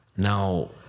Now